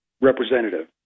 representative